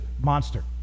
monster